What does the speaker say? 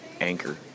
Anchor